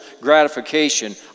gratification